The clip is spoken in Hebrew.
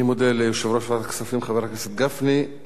אני מודה ליושב-ראש ועדת הכספים, חבר הכנסת גפני.